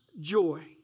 joy